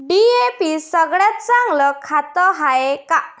DAP सगळ्यात चांगलं खत हाये का?